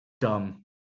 dumb